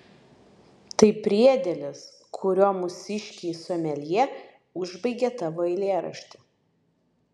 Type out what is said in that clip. tai priedėlis kuriuo mūsiškiai someljė užbaigė tavo eilėraštį